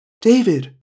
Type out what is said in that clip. David